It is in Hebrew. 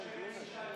אנחנו עוברים לסעיף 7,